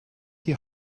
die